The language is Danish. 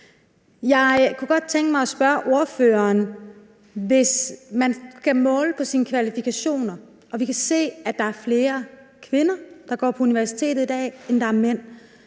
Jeg kunne godt tænke mig spørge ordføreren: Hvis man skal måle på kvalifikationer, og vi kan se, at der er flere kvinder, der går på universitetet i dag, end der er mænd,